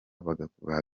bagakwiye